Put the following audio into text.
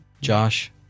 Josh